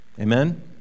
Amen